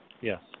Yes